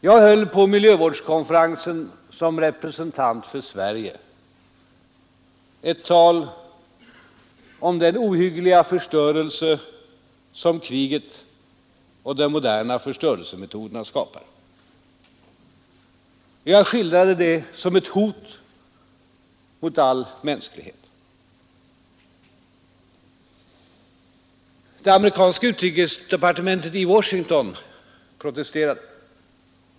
Jag höll på miljövårdskonferensen såsom representant för Sverige ett tal om den ohyggliga förstörelse som kriget och de moderna förstörelsemetoderna har skapat, och jag skildrade dem som ett hot mot all mänsklighet. Det amerikanska utrikesdepartementet i Washington protesterade.